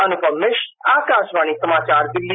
अनुपम मिश्र आकाशवाणी समाचार दिल्ली